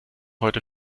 heute